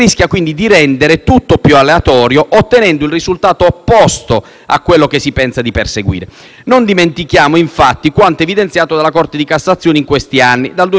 ottenendo il risultato opposto a quello che si pensa di perseguire. Non dimentichiamo, infatti, quanto evidenziato dalla Corte di cassazione negli ultimi anni, dal 2014 in poi, nelle varie sentenze.